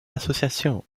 association